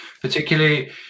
particularly